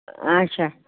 اَچھا